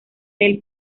del